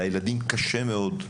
לילדים קשה מאוד.